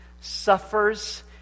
Suffers